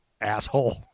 asshole